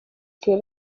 gihe